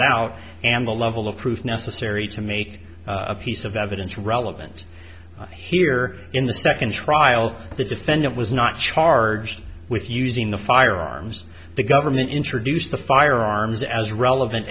doubt and the level of proof necessary to make a piece of evidence relevant here in the second trial the defendant was not charged with using the firearms the government introduced the firearms as relevant